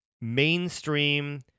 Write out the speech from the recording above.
mainstream